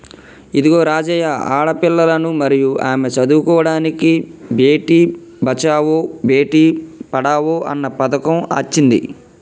ఇదిగో రాజవ్వ ఆడపిల్లలను మరియు ఆమె చదువుకోడానికి బేటి బచావో బేటి పడావో అన్న పథకం అచ్చింది